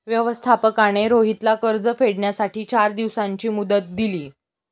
व्यवस्थापकाने रोहितला कर्ज फेडण्यासाठी चार दिवसांची मुदत दिली